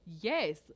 yes